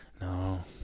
no